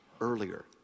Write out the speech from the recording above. earlier